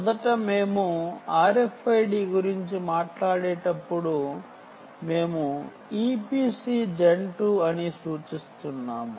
మొదట మేము RFID గురించి మాట్లాడేటప్పుడు మేము EPC Gen 2 ను సూచిస్తున్నాము